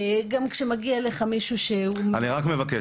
גם כשמגיע אליך מישהו --- אני רק מבקש.